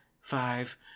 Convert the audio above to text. five